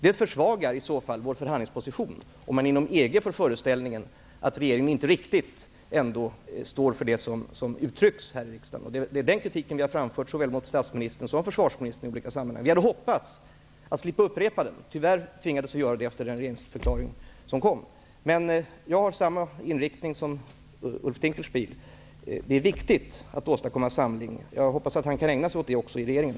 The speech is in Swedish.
Det försvagar vår förhandlingsposition om man inom EG får föreställningen att regeringen inte riktigt står för det som uttrycks här i riksdagen. Det är den kritiken vi har framfört såväl mot statsministern som mot försvarsministern i olika sammanhang. Vi hade hoppats att slippa upprepa den. Tyvärr tvingades vi göra det efter den regeringsförklaring som kom. Jag har samma inriktning som Ulf Dinkelspiel. Det är viktigt att åstadkomma samling. Jag hoppas att han kan ägna sig åt det också i regeringen.